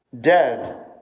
dead